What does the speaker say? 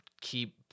Keep